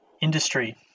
Industry